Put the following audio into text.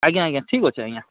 ଆଜ୍ଞା ଆଜ୍ଞା ଠିକ୍ ଅଛେ ଆଜ୍ଞା